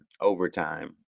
overtime